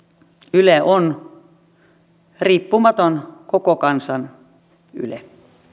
yle on riippumaton koko kansan yle